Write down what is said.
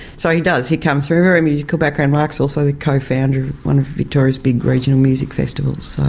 so he does, he comes from a very musical background. mark's also the co-founder of one of victoria's big regional music festivals.